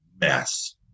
mess